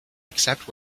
except